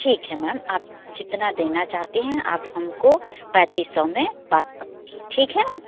ठीक है मैम आप जितना देना चाहती हैं आप हमको पैतीस सौ में बात पक्की ठीक है मैम